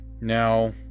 Now